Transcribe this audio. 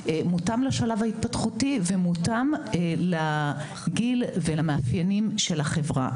מותאם לשלב ההתפתחותי ומותאם לגיל ולמאפיינים של החברה.